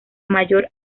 mayor